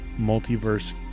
multiverse